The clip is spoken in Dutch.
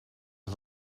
het